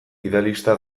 idealista